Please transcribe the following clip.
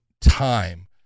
time